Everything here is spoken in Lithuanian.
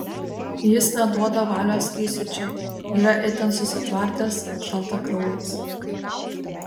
jis neduoda valios įsiūčiui yra itin susitvardęs šaltakraujis